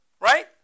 Right